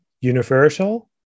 universal